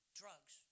drugs